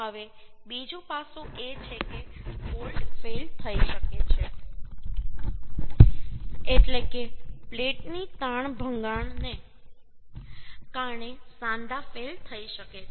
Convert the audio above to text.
હવે બીજું પાસું એ છે કે બોલ્ટ ફેઈલ થઈ શકે છે એટલે કે પ્લેટની તાણ ભંગાણ ને કારણે સાંધા ફેઈલ થઈ શકે છે